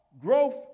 growth